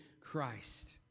Christ